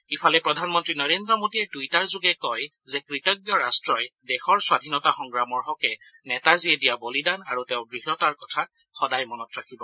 ইফালে প্ৰধানমন্ত্ৰী নৰেন্দ্ৰ মোদীয়ে টুইটাৰযোগে কয় যে কৃতজ্ঞ ৰট্টই দেশৰ স্বাধীনতা সংগ্ৰামৰ হকে নেতাজীয়ে দিয়া বলিদান আৰু তেওঁৰ দৃঢ়তাৰ কথা সদায় মনত ৰাখিব